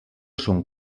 són